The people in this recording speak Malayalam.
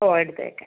ഓ എടുത്തേക്കാം